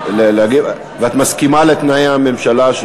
את מסכימה לתנאי הממשלה?